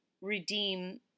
redeem